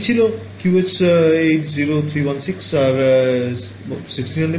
কি ছিল Qs 80316 আর 1600